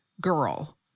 girl